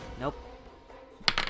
Nope